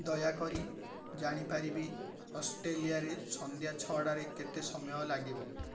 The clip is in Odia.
ଦୟାକରି ଜାଣିପାରିବି ଅଷ୍ଟ୍ରେଲିଆରେ ସନ୍ଧ୍ୟା ଛଅଟାରେ କେତେ ସମୟ ଲାଗିବ